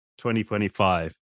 2025